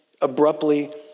abruptly